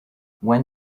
when